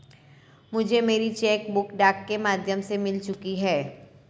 मुझे मेरी cheque book डाक के माध्यम से मिल चुकी है